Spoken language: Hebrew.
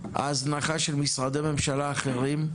הזנחה של משרדי ממשלה אחרים,